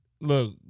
look